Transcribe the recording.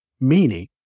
meaning